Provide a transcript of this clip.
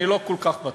אני לא כל כך בטוח.